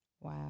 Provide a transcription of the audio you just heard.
Wow